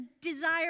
desire